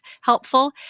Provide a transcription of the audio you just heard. helpful